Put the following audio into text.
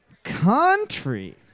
country